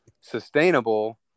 sustainable